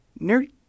Nerd